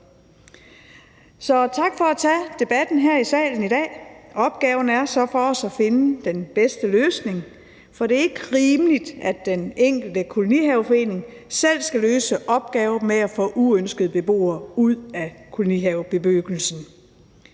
tak for at tage debatten her i salen i dag. Opgaven er så for os at finde den bedste løsning, for det er ikke rimeligt, at den enkelte kolonihaveforening selv skal løse opgaven med at få uønskede beboere ud af kolonihavebebyggelsen.